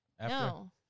No